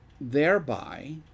thereby